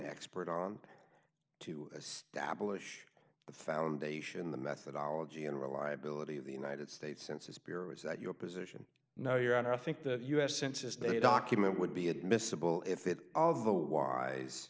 expert on to establish the foundation the methodology and reliability of the united states census bureau is that your position no your honor i think the us census data document would be admissible if it all of the wise